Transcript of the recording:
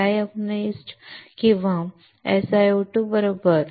dioxide किंवा SiO2 बरोबर